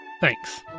Thanks